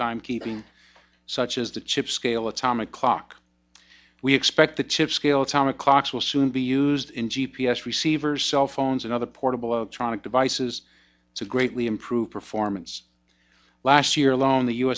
timekeeping such as the chip scale atomic clock we expect the chip scale atomic clocks will soon be used in g p s receivers cell phones and other portable electronic devices to greatly improve performance last year alone the u